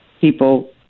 people